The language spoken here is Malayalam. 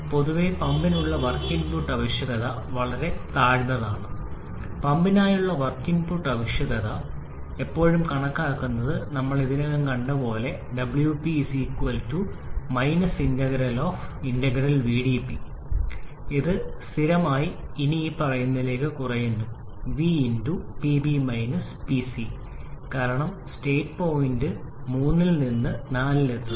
അതിനാൽ പൊതുവേ പമ്പിനുള്ള വർക്ക് ഇൻപുട്ട് ആവശ്യകത വളരെ താഴ്ന്നത് ആണ് പമ്പിനായുള്ള വർക്ക് ഇൻപുട്ട് ആവശ്യകത പലപ്പോഴും കണക്കാക്കാമെന്ന് നമ്മൾ ഇതിനകം കണ്ട പോലെ ഇത് സ്ഥിരമായി ഇനിപ്പറയുന്നതിലേക്ക് കുറയ്ക്കുന്നു ≈ 𝑣 𝑃𝐵 𝑃𝐶 കാരണം സ്റ്റേറ്റ് പോയിന്റിൽ 3 നിന്ന് 4 എത്തുന്നു